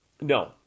No